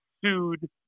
sued